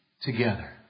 together